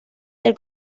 del